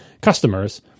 customers